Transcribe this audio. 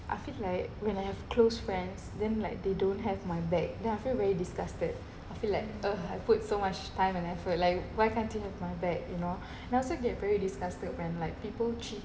I feel like when I have close friends then like they don't have my back then I feel very disgusted I feel like ugh I put so much time and effort like why can't you have my back you know I also get very disgusted when like people cheat